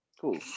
Cool